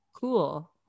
Cool